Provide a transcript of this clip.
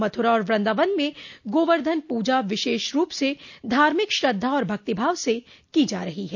मथुरा और वृंदावन में गोवर्धन पूजा विशेष रूप से धार्मिक श्रद्धा और भक्तिभाव से की जा रही है